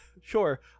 Sure